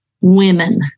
women